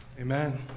Amen